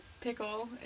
pickle